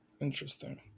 Interesting